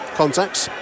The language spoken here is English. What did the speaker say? contacts